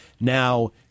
Now